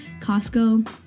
Costco